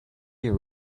you